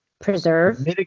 preserve